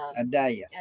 Adaya